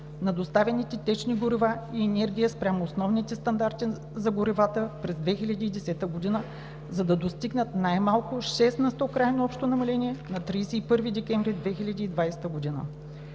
на доставяните течни горива и енергия спрямо основните стандарти за горивата през 2010 г., за да достигнат най-малко 6 на сто крайно общо намаление на 31 декември 2020 г.